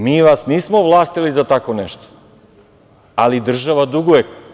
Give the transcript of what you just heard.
Mi vas nismo ovlastili za tako nešto, ali država duguje.